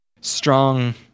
strong